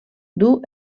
duu